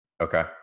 Okay